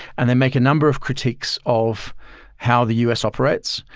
and they make a number of critiques of how the u s. operates.